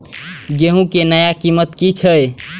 गेहूं के नया कीमत की छे?